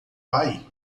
pai